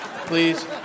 Please